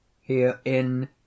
Herein